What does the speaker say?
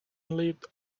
lit